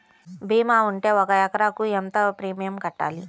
భీమా ఉంటే ఒక ఎకరాకు ఎంత ప్రీమియం కట్టాలి?